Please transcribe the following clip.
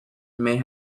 may